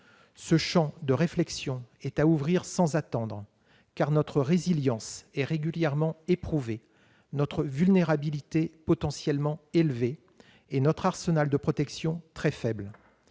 ce champ de réflexion sans attendre, car notre résilience est régulièrement éprouvée, notre vulnérabilité potentiellement élevée et notre arsenal de protection très faible.